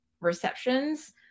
receptions